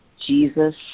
Jesus